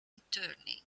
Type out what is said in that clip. returning